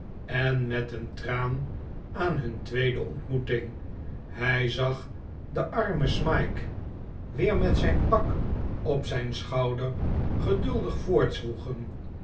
en met een traan aan hun tweede ontmoeting hij zag den armen smike weer met zijn pak op zijn schouder geduldig